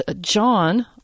John